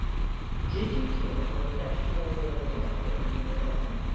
did you hear what he left fall the other day when we were there?